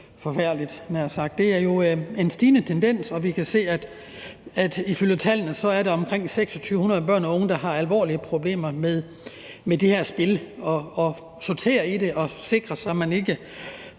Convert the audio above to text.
havde jeg nær sagt. Det er jo en stigende tendens, og vi kan se, at ifølge tallene er der omkring 2.600 børn og unge, der har alvorlige problemer med de her spil – med at sortere i det og sikre sig, at man ikke